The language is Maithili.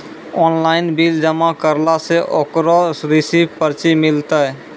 ऑनलाइन बिल जमा करला से ओकरौ रिसीव पर्ची मिलतै?